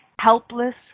helpless